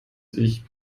sich